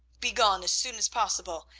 begone as soon as possible.